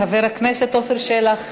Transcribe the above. חבר הכנסת עפר שלח.